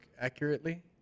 accurately